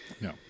No